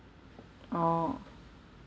orh